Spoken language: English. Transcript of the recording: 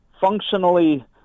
functionally